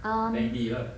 um